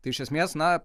tai iš esmės na